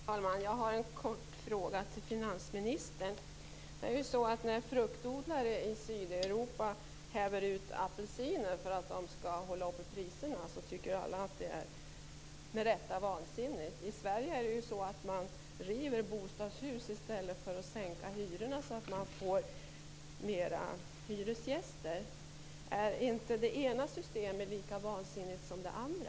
Herr talman! Jag har en kort fråga till finansministern. När fruktodlare i Sydeuropa häver ut apelsiner för att hålla priserna uppe, tycker alla med rätta att det är vansinnigt. I Sverige river man bostadshus för att få flera hyresgäster i stället för att sänka hyrorna. Är inte det ena systemet lika vansinnigt som det andra?